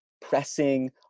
pressing